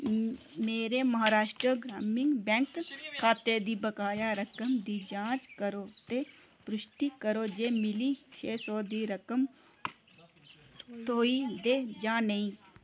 मेरे महाराष्ट्र ग्रामीण बैंक खाते दी बकाया रकम दी जांच करो ते परुश्टी करो जे मिली छे सौ दी रकम थ्होई ऐ जां नेईं